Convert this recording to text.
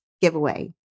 giveaway